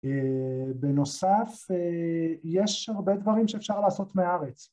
בנוסף, יש הרבה דברים שאפשר לעשות מהארץ.